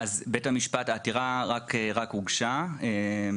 העתירה רק הוגשה,